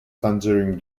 tangerine